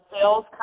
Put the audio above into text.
sales